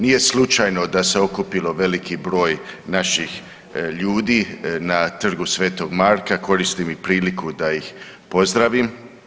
Nije slučajno da se okupilo veliki broj naših ljudi na Trgu sv. Marka, koristim i priliku da ih pozdravim.